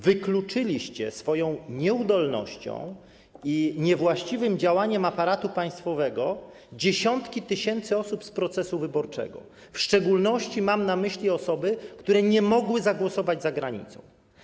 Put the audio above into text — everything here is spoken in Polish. Wykluczyliście swoją nieudolnością i niewłaściwym działaniem aparatu państwowego dziesiątki tysięcy osób z procesu wyborczego, w szczególności mam na myśli osoby, które nie mogły zagłosować za granicą.